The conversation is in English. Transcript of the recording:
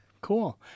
cool